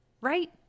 Right